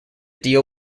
deal